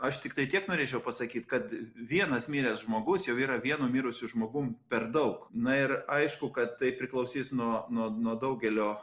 aš tiktai tiek norėčiau pasakyt kad vienas miręs žmogus jau yra vienu mirusiu žmogum per daug na ir aišku kad tai priklausys nuo nuo nuo daugelio